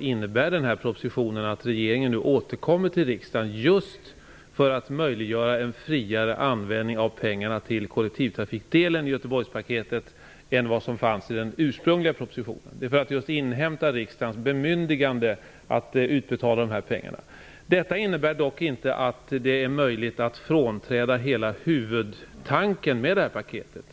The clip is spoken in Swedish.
innebär den här propositionen att regeringen nu återkommer till riksdagen just för att möjliggöra en friare användning av pengarna till kollektivtrafikdelen i Göteborgspaketet än vad som fanns i den ursprungliga propositionen -- alltså just för att inhämta riksdagens bemyndigande att utbetala de här pengarna. Detta innebär dock inte att det är möjligt att frånträda hela huvudtanken med det här paketet.